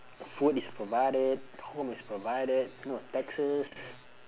food is provided home is provided you know taxes